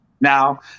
Now